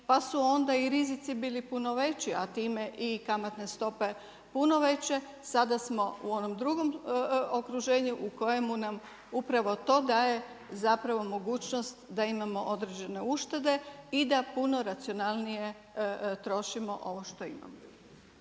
pa smo onda i rizici bili puno veći, a time i kamatne stope puno veće, sada smo u onom drugom okruženju u kojemu nam upravo to daje zapravo mogućnost da imamo određene uštede i da puno racionalnije trošimo ovo što imamo.